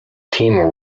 team